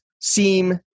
seem